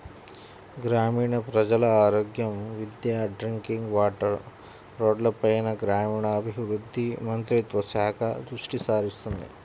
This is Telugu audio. గ్రామీణ ప్రజల ఆరోగ్యం, విద్య, డ్రింకింగ్ వాటర్, రోడ్లపైన గ్రామీణాభివృద్ధి మంత్రిత్వ శాఖ దృష్టిసారిస్తుంది